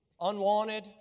unwanted